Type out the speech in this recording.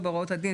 זה,